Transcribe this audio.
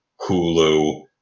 Hulu